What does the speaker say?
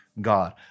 God